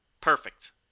Perfect